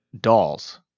dolls